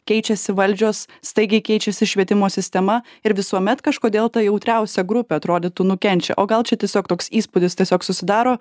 keičiasi valdžios staigiai keičiasi švietimo sistema ir visuomet kažkodėl ta jautriausia grupė atrodytų nukenčia o gal čia tiesiog toks įspūdis tiesiog susidaro